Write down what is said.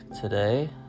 today